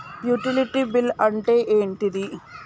Utility bill అంటే ఏంటిది?